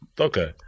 Okay